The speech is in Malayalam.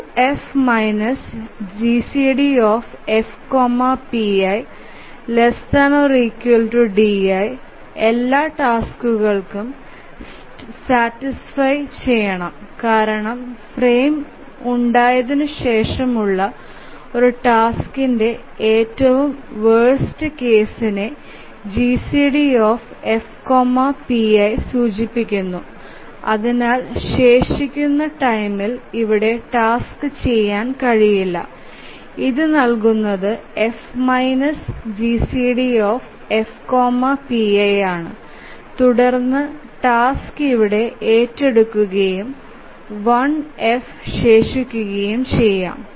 2F GCD F pi ≤ di എല്ലാ ടാസ്കുകൾക്കും സാറ്റിസ്ഫയ് ചെയ്യണം കാരണം ഫ്രെയിം ഉണ്ടായതിനു ശേഷമുള്ള ഒരു ടാസ്ക്ന്ടെ ഏറ്റവും വേർസ്റ് കേസിനെ GCD F pi സൂചിപ്പിക്കുന്നു അതിനാൽ ശേഷിക്കുന്ന ടൈംമിൽ ഇവിടെ ടാസ്ക് ചെയ്യാൻ കഴിയില്ല ഇതു നൽകുന്നത് F GCDF pi ആണ് തുടർന്ന് ടാസ്ക് ഇവിടെ ഏറ്റെടുക്കുകയും 1F ശേഷിക്കുകയും ചെയ്യാം